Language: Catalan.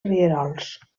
rierols